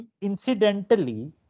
Incidentally